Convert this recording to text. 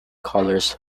colours